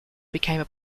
became